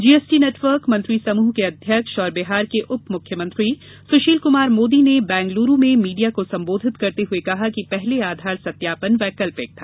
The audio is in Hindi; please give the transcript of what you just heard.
जीएसटी नेटवर्क मंत्री समूह के अध्यक्ष और बिहार के उप मुख्यमंत्री सुशील कुमार मोदी ने बंगलुरु में मीडिया को संबोधित करते हुए कहा कि पहले आधार सत्यापन वैकल्पिक था